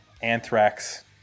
anthrax